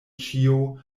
ĉio